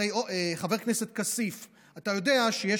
הרי חבר הכנסת כסיף, אתה יודע שיש